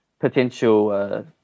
potential